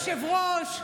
אדוני היושב-ראש,